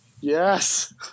Yes